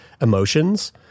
emotions